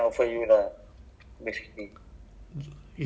no no value ah kan